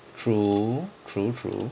true true true